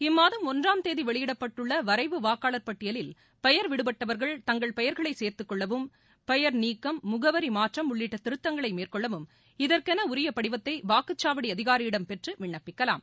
இம்மாதம் ஒன்றாம் தேதி வெளியிடப்பட்டுள்ள வரைவு வாக்காளர் பட்டியலில் பெயர் விடுபட்டவர்கள் தங்கள் பெயர்களை சேர்த்துக்கொள்ளவும் பெயர் நீக்கம் முகவரி மாற்றம் உள்ளிட்ட திருத்தங்களை மேற்கொள்ளவும் இதற்கென உரிய படிவத்தை வாக்குச்சாவடி அதிகாரியிடம் பெற்று விண்ணப்பிக்கலாம்